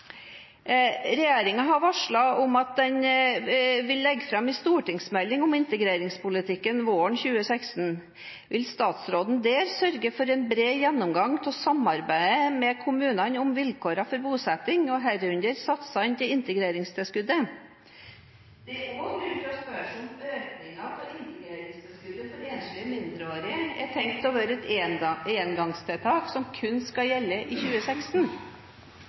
har varslet at den vil legge fram en stortingsmelding om integreringspolitikken våren 2016. Vil statsråden der sørge for en bred gjennomgang av samarbeidet med kommunene om vilkårene for bosetting, og herunder satsene til integreringstilskuddet? Det er også grunn til å spørre seg om økningen av integreringstilskuddet for enslige mindreårige er tenkt å være et engangstiltak som kun skal gjelde i 2016?